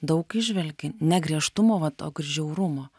daug įžvelgi ne griežtumo vat o žiaurumo